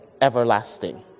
everlasting